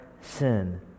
sin